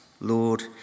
Lord